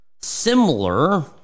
similar